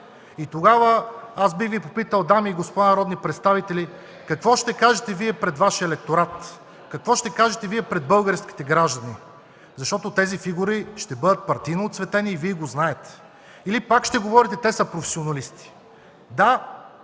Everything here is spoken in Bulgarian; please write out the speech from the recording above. И тогава аз бих Ви попитал, дами и господа народни представители, какво ще кажете Вие пред Вашия електорат? Какво ще кажете Вие пред българските граждани, защото тези фигури ще бъдат партийно оцветени и Вие го знаете? Или пак ще говорите: „Те са професионалисти”. Да,